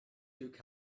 took